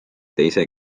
teise